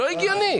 לא הגיוני.